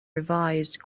revised